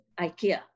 IKEA